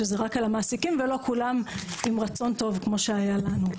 כשזה רק על המעסיקים ולא כולם עם רצון טוב כמו שהיה לנו,